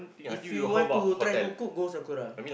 if you want to try to cook go Sakura